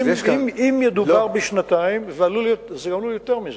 אם ידובר בשנתיים, זה עלול להיות יותר מזה,